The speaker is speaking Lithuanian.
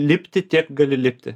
lipti tiek gali lipti